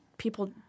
People